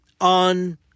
on